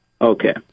Okay